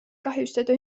kahjustada